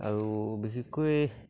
আৰু বিশেষকৈ